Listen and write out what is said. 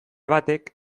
batek